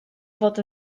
fod